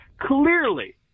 Clearly